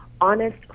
honest